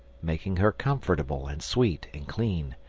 making her comfortable and sweet and clean,